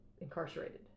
incarcerated